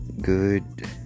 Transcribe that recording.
good